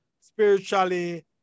Spiritually